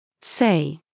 Say